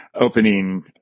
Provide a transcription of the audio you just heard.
opening